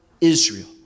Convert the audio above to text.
israel